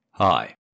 Hi